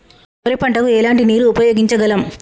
వరి పంట కు ఎలాంటి నీరు ఉపయోగించగలం?